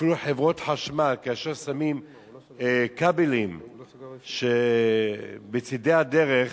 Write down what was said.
אפילו חברות חשמל, כאשר שמים כבלים בצדי הדרך,